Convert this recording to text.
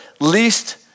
least